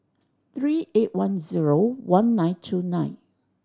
three eight one zero one nine two nine